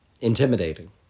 Intimidating